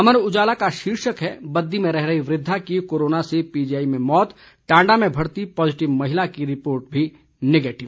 अमर उजाला का शीर्षक है बद्दी में रह रही वृद्धा की कोरोना से पीजीआई में मौत टांडा में भर्ती पॉजिटिव महिला की रिपोर्ट भी नेगेटिव